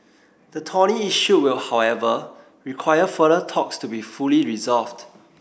the thorny issue will however require further talks to be fully resolved